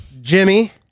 Jimmy